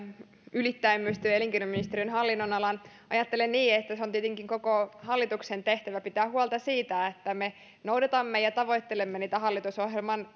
ylittäen myös työ ja elinkeinoministeriön hallinnonalan ajattelen niin että on tietenkin koko hallituksen tehtävä pitää huolta siitä että me noudatamme ja tavoittelemme niitä hallitusohjelman